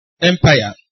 Empire